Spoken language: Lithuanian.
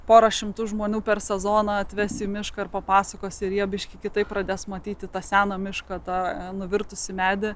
porą šimtų žmonių per sezoną atves į mišką ir papasakos ir jie biškį kitaip pradės matyti tą seną mišką tą nuvirtusį medį